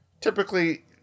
typically